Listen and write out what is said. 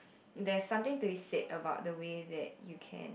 there's something to be said about the way that you care